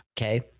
Okay